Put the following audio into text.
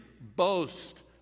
boast